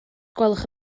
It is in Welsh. gwelwch